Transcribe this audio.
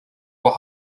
will